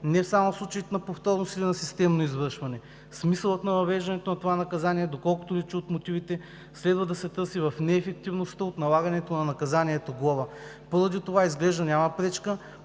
не само в случаите на повторност или на системно извършване. Смисълът на въвеждането на това наказание, доколкото личи от мотивите, следва да се търси в неефективността от налагането на наказанието „глоба“. Поради това изглежда няма пречка